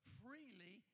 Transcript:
freely